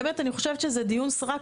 אני באמת חושבת שזה קצת דיון סרק,